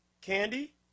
Candy